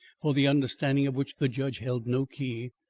for the understanding of which the judge held no key.